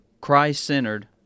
Christ-centered